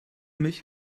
mich